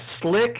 Slick